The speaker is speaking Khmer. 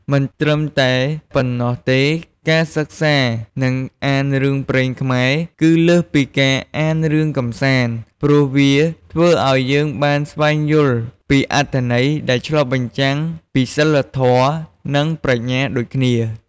មិនត្រឹមតែប៉ុណ្ណោះទេ ការសិក្សា និងអានរឿងព្រេងខ្មែរ គឺលើសពីការអានរឿងកម្សាន្ត ព្រោះវាធ្វើឲ្យយើងបានស្វែងយល់ពីអត្ថន័យដែលឆ្លុះបញ្ចាំងពីសីលធម៌ និងប្រាជ្ញាដូចគ្នា។